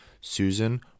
Susan